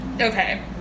okay